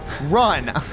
Run